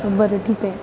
बरं ठीक आहे